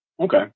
Okay